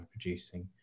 producing